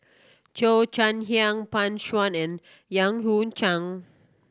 Cheo Chai Hiang Pan Shou and Yan Hui Chang